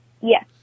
Yes